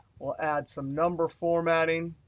we'll add some number formatting.